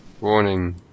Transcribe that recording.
Warning